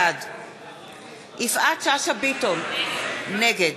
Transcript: בעד יפעת שאשא ביטון, נגד